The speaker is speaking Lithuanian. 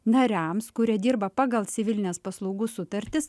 nariams kurie dirba pagal civilines paslaugų sutartis